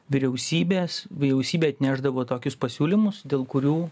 vyriausybės vyriausybė atnešdavo tokius pasiūlymus dėl kurių